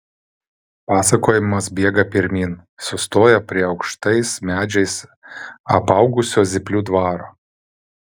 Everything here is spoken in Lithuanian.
pasakojimas bėga pirmyn sustoja prie aukštais medžiais apaugusio zyplių dvaro